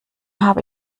habe